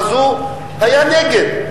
אז הוא היה נגד.